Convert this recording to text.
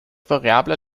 variabler